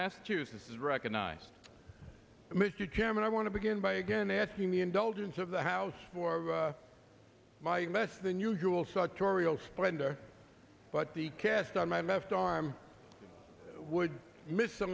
massachusetts is recognized mr chairman i want to begin by again asking the indulgence of the house for my best than usual suck tauriel splendor but the cast on my left arm would miss